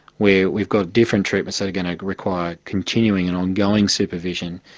where we've got different treatments that are going to require continuing and ongoing supervision,